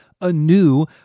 anew